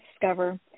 discover